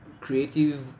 creative